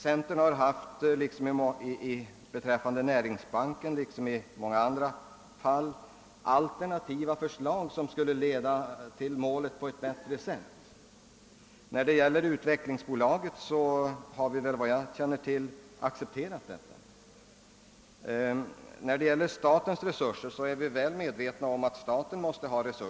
Centern har beträffande investeringsbanken liksom i många andra fall haft alternativa förslag, som enligt vår mening på ett bättre sätt skulle leda till målet. Det statliga utvecklingsbolaget har vi såvitt jag vet accepterat. När det gäller statens resurser är vi väl medvetna om att sådana måste finnas.